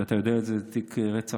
אתה יודע את זה: זה תיק רצח.